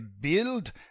build